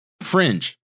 Fringe